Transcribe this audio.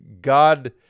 God